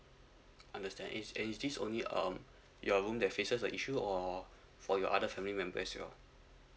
understand and is and is this only um your room that faces the issue or for your other family members as well